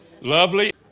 lovely